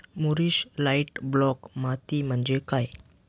मूरिश light black माती म्हणजे काय?